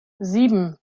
sieben